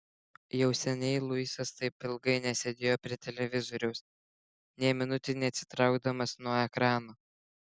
jau seniai luisas taip ilgai nesėdėjo prie televizoriaus nė minutei neatsitraukdamas nuo ekrano